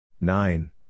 Nine